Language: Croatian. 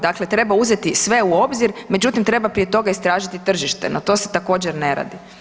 Dakle, treba uzeti sve u obzir, međutim treba prije toga treba istražiti tržište, no to se također ne radi.